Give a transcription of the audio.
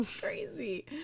Crazy